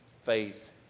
faith